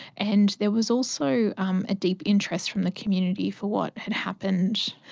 and there was also um a deep interest from the community for what had happened,